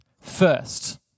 First